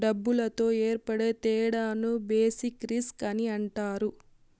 డబ్బులతో ఏర్పడే తేడాను బేసిక్ రిస్క్ అని అంటారు